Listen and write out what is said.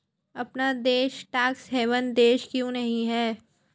अपना देश tax haven देश क्यों नहीं है?